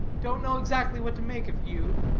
don't know exactly what to make of you.